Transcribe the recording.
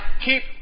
keep